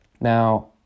Now